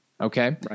Okay